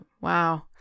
Wow